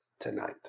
tonight